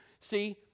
See